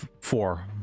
four